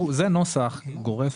זה נוסח גורף,